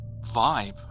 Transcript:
vibe